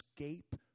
escape